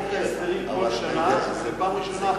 פעם ראשונה,